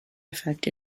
effect